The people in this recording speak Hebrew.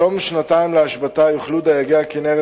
בתום שנתיים להשבתה יוכלו דייגי הכינרת